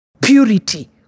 purity